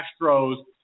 Astros